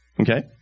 Okay